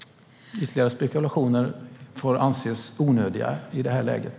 Ytterligare spekulationer får anses onödiga i det här läget.